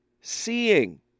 seeing